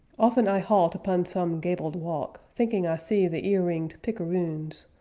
often i halt upon some gabled walk, thinking i see the ear-ringed picaroons,